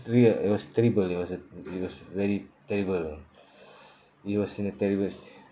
tr~ uh it was terrible it was a it was very terrible it was in a terrible